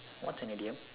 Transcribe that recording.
what's an idiom